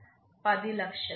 10 లక్షలు